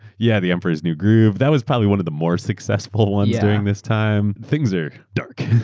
yeah, the emperoraeurs new groove. that was probably one of the more successful ones during this time. things are dark.